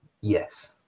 Yes